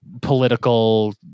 political